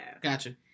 Gotcha